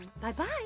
Bye-bye